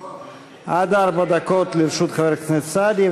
עד ארבע דקות לרשות חבר הכנסת סעדי.